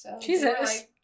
Jesus